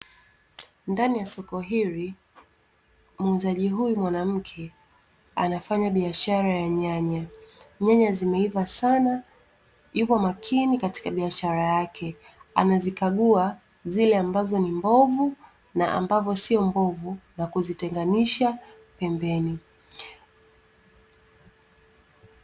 Ndani ya soko hili muuzaji huyu mwanamke anafanya biashara ya nyanya. Nyanya zimeiva sana, yuko makini katika biashara yake. Anazikagua zile ambazo ni mbovu na ambazo sio mbovu na kuzitenganisha pembeni.